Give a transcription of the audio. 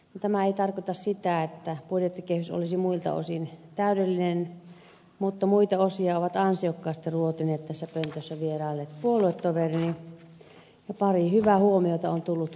tämä ei tarkoita sitä että budjettikehys olisi muilta osin täydellinen mutta muita osia ovat ansiokkaasti ruotineet tässä pöntössä vierailleet puoluetoverini ja pari hyvää huomiota on tullut muualtakin